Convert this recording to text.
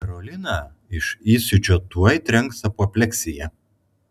karoliną iš įsiūčio tuoj trenks apopleksija